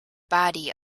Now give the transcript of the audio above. body